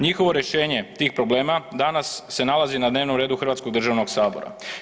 Njihovo rješenje tih problema danas se nalazi na dnevnom redu Hrvatskog državnog sabora.